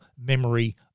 Memory